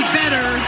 better